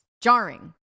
jarring